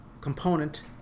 component